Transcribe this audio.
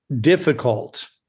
difficult